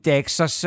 Texas